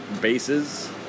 bases